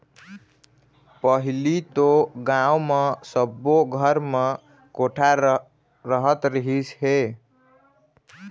पहिली तो गाँव म सब्बो घर म कोठा रहत रहिस हे